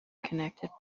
connected